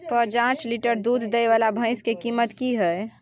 प जॉंच लीटर दूध दैय वाला भैंस के कीमत की हय?